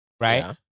right